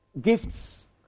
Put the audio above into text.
gifts